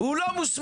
הוא לא מוסמך.